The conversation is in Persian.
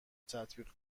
تطبیق